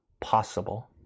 possible